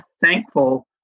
thankful